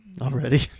already